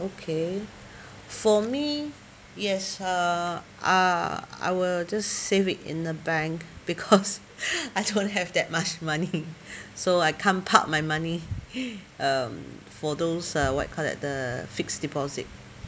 okay for me yes uh ah I will just save it in the bank because I don't have that much money so I can't park my money um for those uh what you call that the fixed deposit